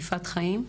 יפעת חיים,